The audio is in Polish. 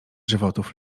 żywotów